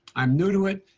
i am new to it,